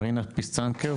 מרינה פיסצנקר,